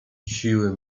siły